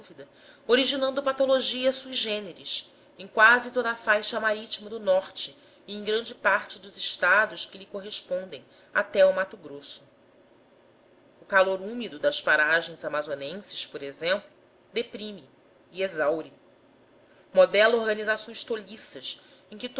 dúvida originando patologia sui generis em quase toda a faixa marítima do norte e em grande parte dos estados que lhe correspondem até ao mato grosso o calor úmido das paragens amazonenses por exemplo deprime e exaure modela organizações